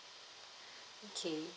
okay